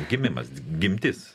gimimas gimtis